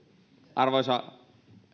arvoisa